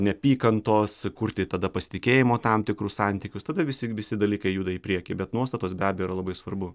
neapykantos kurti tada pasitikėjimo tam tikrus santykius tada visi visi dalykai juda į priekį bet nuostatos be abejo yra labai svarbu